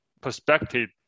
perspective